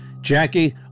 Jackie